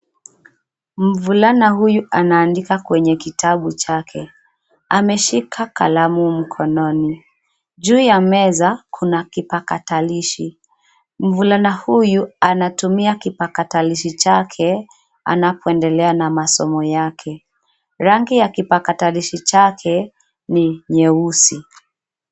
Mvulana huyu anaandika kwenye kitabu chake. Ameshika kalamu mkononi. Juu ya meza kuna kipakatalishi. Mvulana huyu anatumia kipakatalishi chake, anapoendelea na masomo yake. Rangi ya kipakatalishi chake, ni nyeusi.